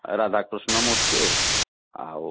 ଏ ରାଧାକୃଷ୍ଣ ମୂର୍ତ୍ତି ଆଉ